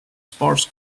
sparse